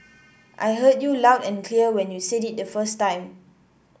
I heard you loud and clear when you said it the first time